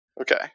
Okay